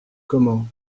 comment